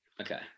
Okay